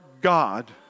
God